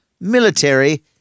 military